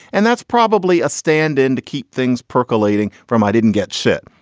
and that's probably a stand in to keep things percolating from. i didn't get shit.